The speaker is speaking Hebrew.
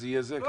לא.